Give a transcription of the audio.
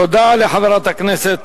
תודה לחברת הכנסת